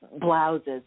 blouses